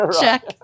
check